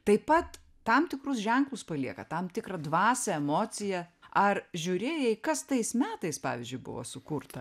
taip pat tam tikrus ženklus palieka tam tikrą dvasią emociją ar žiūrėjai kas tais metais pavyzdžiui buvo sukurta